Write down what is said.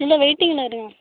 இல்லை வெயிட்டிங்கில் இருங்க